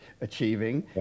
achieving